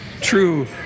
true